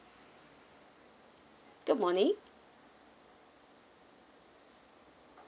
good morning